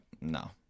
No